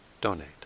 donate